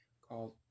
called